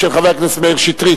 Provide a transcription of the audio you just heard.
של חבר הכנסת מאיר שטרית.